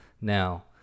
Now